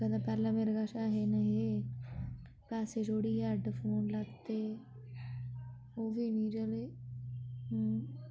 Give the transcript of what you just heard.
कदें पैह्ले मेरे कश ऐ हे निहे पैसे जोड़ियै हैडफोन लैते ओह् बी नी चले हून